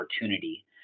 opportunity